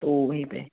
तो वहीं पर